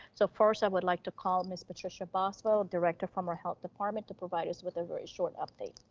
so first i would like to call ms. patricia boswell, director from our health department to provide us with a very short update.